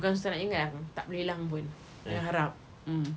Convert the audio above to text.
bukan susah nak hilang tak boleh hilang pun jangan harap mm